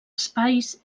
espais